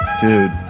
dude